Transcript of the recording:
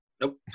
Nope